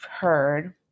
heard